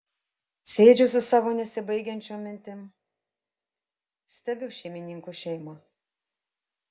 sėdžiu su savo nesibaigiančiom mintim stebiu šeimininkų šeimą